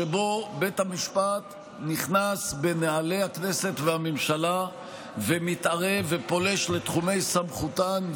שבו בית המשפט נכנס בנעלי הכנסת והממשלה ומתערב ופולש לתחומי סמכותן,